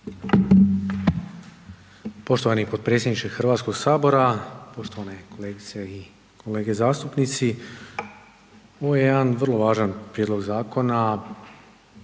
Poštovani potpredsjedniče Hrvatskog sabora, poštovane kolegice i kolega zastupnici, ovo je jedan vrlo važan prijedlog zakona,